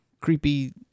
creepy